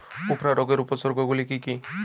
উফরা রোগের উপসর্গগুলি কি কি?